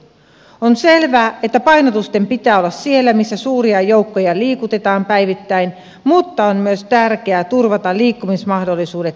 on selvää että painotusten pitää olla siellä missä suuria joukkoja liikutetaan päivittäin mutta on myös tärkeää turvata liikkumismahdollisuudet kaikkialla suomessa